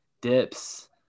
dips